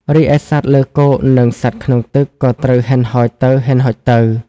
រីឯសត្វលើគោកនិងសត្វក្នុងទឹកក៏ត្រូវហិនហោចទៅៗ។